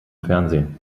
fernsehen